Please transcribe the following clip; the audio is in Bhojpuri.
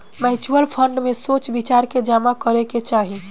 म्यूच्यूअल फंड में सोच विचार के जामा करे के चाही